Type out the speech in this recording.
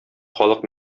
халык